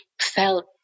felt